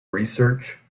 research